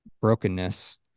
brokenness